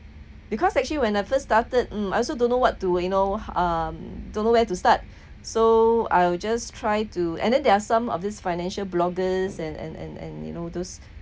because actually when I first started mm I also don't know what to you know um don't know where to start so I'll just try to and then there are some of this financial bloggers and and and and you know those